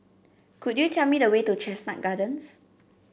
could you tell me the way to Chestnut Gardens